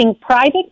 private